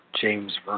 James